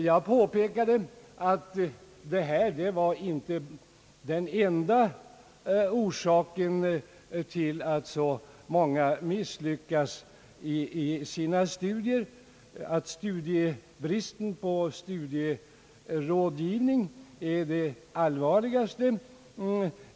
Jag påpekade att bristen på motion inte var den enda orsaken till att så många misslyckas i sina studier. En utredning har nu visat att bristen på studierådgivning är det allvarligaste.